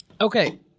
Okay